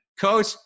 Coach